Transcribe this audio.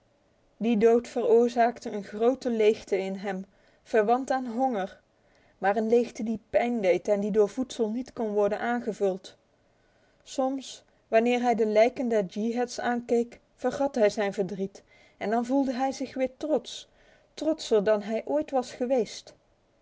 die dood veroorzaakte een grote leegte in hem verwant aan honger maar een leegte die pijn deed en die door voedsel niet kon worden aangevuld soms wanneer hij de lijken der yeehats aankeek vergat hij zijn verdriet en dan voelde hij zich zeer trots trotser dan hij ooit was geweest